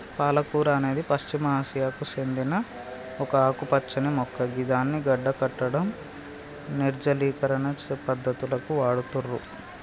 పాలకూర అనేది పశ్చిమ ఆసియాకు సేందిన ఒక ఆకుపచ్చని మొక్క గిదాన్ని గడ్డకట్టడం, నిర్జలీకరణ పద్ధతులకు వాడుతుర్రు